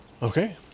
Okay